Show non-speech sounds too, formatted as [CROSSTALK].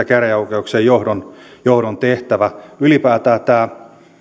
[UNINTELLIGIBLE] käräjäoikeuksien johdon johdon tehtävä ylipäätään tämä